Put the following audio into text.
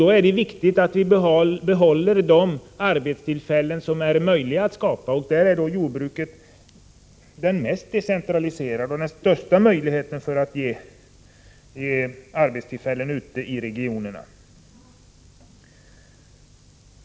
Då är det viktigt att vi behåller de arbetstillfällen som är möjliga att skapa. Ett decentraliserat jordbruk ger de största möjligheterna till arbetstillfällen ute i regionerna.